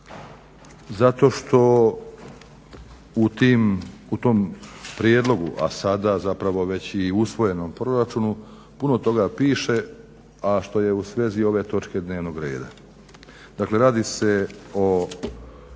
zato što u tom prijedlogu, a sada zapravo već i usvojenom proračunu punu toga piše, a što je u svezi ove točke dnevnog reda.